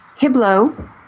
Hiblo